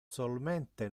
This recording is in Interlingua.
solmente